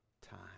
time